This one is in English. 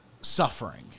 suffering